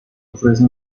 ofrece